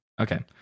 Okay